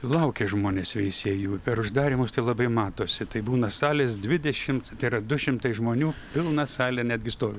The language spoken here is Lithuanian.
laukia žmonės veisiejų per uždarymus tai labai matosi tai būna salės dvidešimt tai yra du šimtai žmonių pilna salė netgi stovi